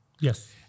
Yes